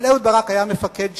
אבל אהוד ברק היה מפקד שלו,